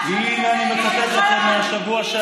הינה, אני מצטט לכם מהשבוע שעבר.